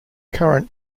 current